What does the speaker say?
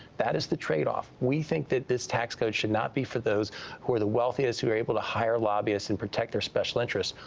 that is the tradeoff. we think that this tax code shouldn't be for those who are the wealthiest, who are able to hire lobbyists and protect their special interests.